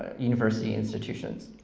university institutions.